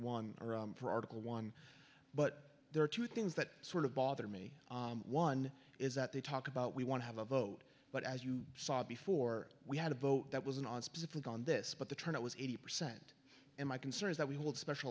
one for article one but there are two things that sort of bother me one is that they talk about we want to have a vote but as you saw before we had a vote that was in on specific on this but the turnout was eighty percent and my concern is that we hold a special